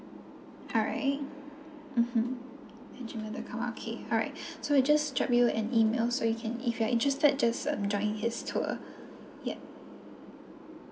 alright mmhmm okay alright so we'll just drop you an email so you can if you're interested just uh join his tour ya